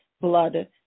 blood